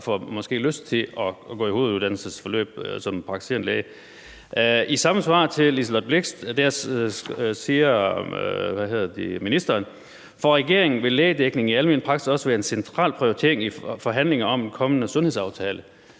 og måske får lyst til et hoveduddannelsesforløb som praktiserende læge. I det samme svar til Liselott Blixt skriver ministeren, at for regeringen vil lægedækning i almen praksis også være en central prioritering i forhandlingerne om en kommende sundhedsaftale.